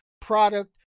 product